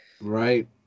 right